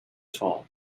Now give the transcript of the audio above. tall